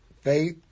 Faith